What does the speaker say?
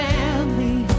family